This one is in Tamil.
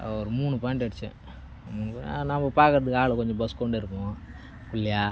அப்போது ஒரு மூணு பாய்ண்ட் அடித்தேன் மூணா நம்ம பார்க்கறதுக்கு ஆளு கொஞ்சம் பொஸுக்கோண்டு இருப்போம் ஒல்லியாக